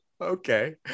Okay